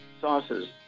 sauces